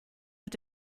mit